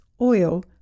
oil